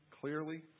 clearly